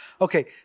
Okay